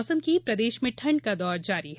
मौसम प्रदेश में ठंड का दौर जारी है